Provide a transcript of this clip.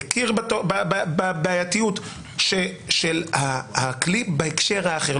הכיר בבעייתיות של הכלי בהקשר האחר,